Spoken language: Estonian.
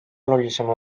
olulisem